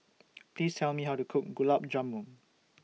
Please Tell Me How to Cook Gulab Jamun